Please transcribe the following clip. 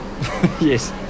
Yes